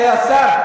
כבוד השר?